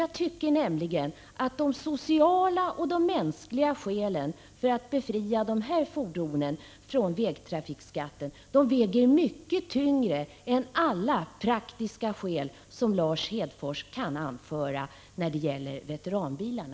Jag tycker nämligen att sociala och mänskliga skäl för att befria dessa fordon från vägtrafikskatten väger mycket tyngre än alla praktiska skäl som Lars Hedfors kan anföra beträffande veteranbilarna.